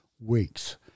weeks